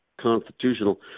constitutional